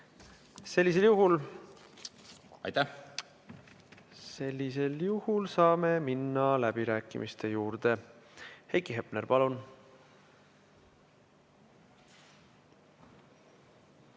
Sellisel juhul saame minna läbirääkimiste juurde. Heiki Hepner, palun!